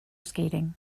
skating